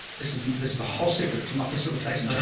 this is, this is the whole secret to my facilitation and